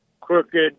crooked